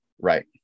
right